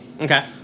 Okay